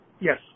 Yes